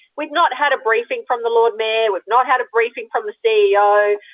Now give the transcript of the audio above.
we've not had a briefing from the lord mayor we've not had a briefing from the ceo.